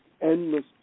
endless